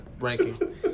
ranking